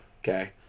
Okay